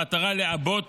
במטרה לעבות